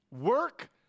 Work